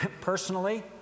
personally